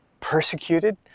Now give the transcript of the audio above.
persecuted